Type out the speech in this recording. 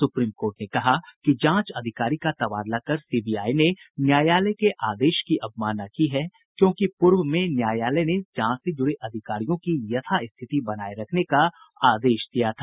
supreme court ने कहा कि जांच अधिकारी का तबादला कर सीबीआई ने न्यायालय के आदेश की अवमानना की है क्योंकि पूर्व में न्यायालय ने जांच से जुड़े अधिकारियों की यथास्थिति बनाये रखने का आदेश दिया था